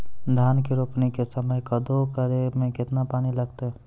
धान के रोपणी के समय कदौ करै मे केतना पानी लागतै?